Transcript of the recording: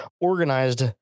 organized